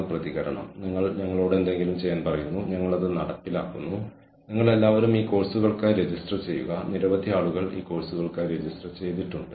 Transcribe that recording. competency management എന്നത് ഓർഗനൈസേഷനിലെ വ്യക്തികൾക്ക് തന്നിരിക്കുന്ന സംഘടനാ തന്ത്രം നടപ്പിലാക്കാൻ ആവശ്യമായ കഴിവുകൾ ഉണ്ടെന്ന് ഉറപ്പാക്കാൻ ഓർഗനൈസേഷൻ ചെയ്യുന്ന കാര്യങ്ങളാണ് കോംപിറ്റൻസി മാനേജ്മെന്റ്